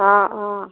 অ অ